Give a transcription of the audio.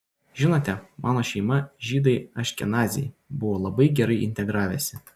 žinote mano šeima žydai aškenaziai buvo labai gerai integravęsi